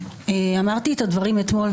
אמרתי את הדברים אתמול,